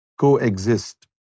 coexist